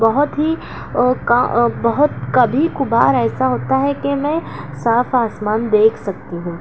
بہت ہی بہت کبھی کَبھار ایسا ہوتا ہے کہ میں صاف آسمان دیکھ سکتی ہوں